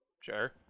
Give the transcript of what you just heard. sure